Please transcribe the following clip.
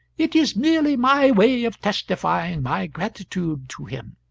it is merely my way of testifying my gratitude to him.